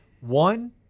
One